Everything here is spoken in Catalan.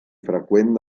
freqüent